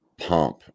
pump